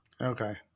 okay